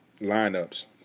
lineups